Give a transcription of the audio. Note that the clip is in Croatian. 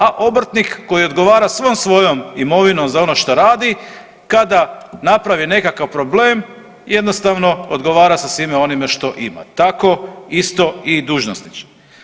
A obrtnik koji odgovara svom svojom imovinom za ono šta radi kada napravi nekakav problem jednostavno odgovara sa svime onime što ima, tako isto i dužnosnici.